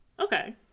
Okay